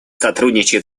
сотрудничает